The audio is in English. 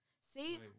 See